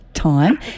time